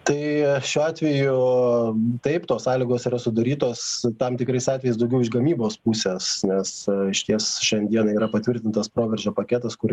tai šiuo atveju taip tos sąlygos yra sudarytos tam tikrais atvejais daugiau iš gamybos pusės nes išties šiandieną yra patvirtintas proveržio paketas kur